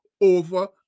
over